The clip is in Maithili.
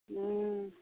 हुँ